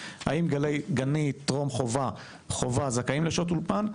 2. האם גני טרום-חובה וגני חובה זכאים לשעות אולפן?